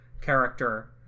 character